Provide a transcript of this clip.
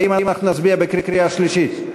האם אנחנו נצביע בקריאה שלישית?